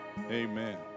Amen